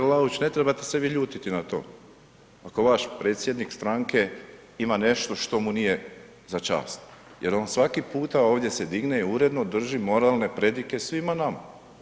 Kolega Vlaović, ne trebate se vi ljutiti na to, ako vaš predsjednik stranke ima nešto što mu nije za čast jer on svaki puta ovdje se digne i uredno drži moralne prodike svima nama.